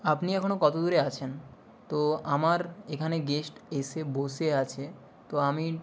আপনি এখনো কত দূরে আছেন তো আমার এখানে গেস্ট এসে বসে আছে তো আমি